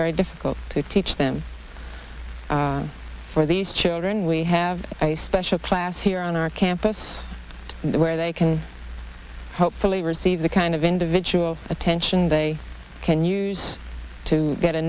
very difficult to teach them for these children we have a special class here on our campus where they can hopefully receive the kind of individual attention they can use to get a